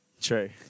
True